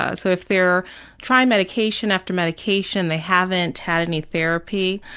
ah so if they're trying medication after medication they haven't had any therapy,